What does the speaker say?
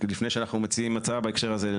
לפני שאנחנו מציעים הצעה בהקשר הזה,